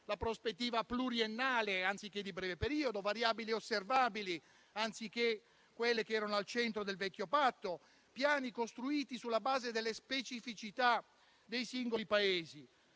la prospettiva pluriennale anziché di breve periodo, variabili osservabili anziché quelle che erano al centro del vecchio Patto; piani costruiti sulla base delle specificità dei singoli Paesi.